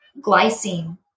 Glycine